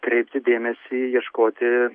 kreipti dėmesį ieškoti